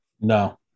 No